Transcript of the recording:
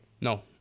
no